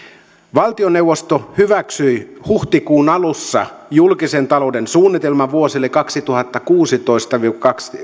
valtioneuvosto hyväksyi huhtikuun alussa julkisen talouden suunnitelman vuosille kaksituhattakuusitoista viiva